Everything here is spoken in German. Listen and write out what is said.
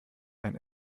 ein